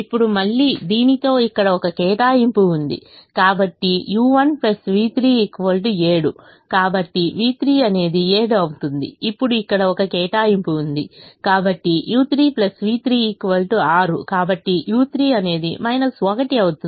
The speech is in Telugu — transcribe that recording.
ఇప్పుడు మళ్ళీ దీనితో ఇక్కడ ఒక కేటాయింపు ఉంది కాబట్టి u1 v3 7 కాబట్టి v3 అనేది 7 అవుతుంది ఇప్పుడు ఇక్కడ ఒక కేటాయింపు ఉంది కాబట్టి u3 v3 6 కాబట్టి u3 అనేది 1 అవుతుంది